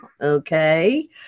Okay